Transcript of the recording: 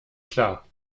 klar